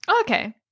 okay